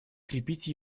крепить